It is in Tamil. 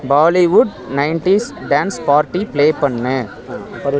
Bollywood nineties dance party play பண்ணு